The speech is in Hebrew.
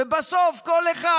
ובסוף כל אחד,